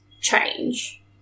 change